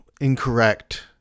incorrect